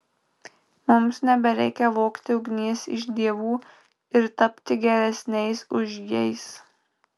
mums nebereikia vogti ugnies iš dievų ir tapti geresniais už jais